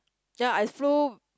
ya I flew